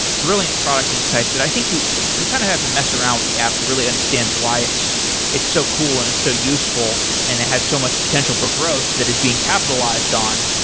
brilliant product insights that i think you you kind of have to mess around with the app to really understand why it's it's so cool and it's so useful and it has so much potential for growth that is being capitalized on.